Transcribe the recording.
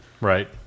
right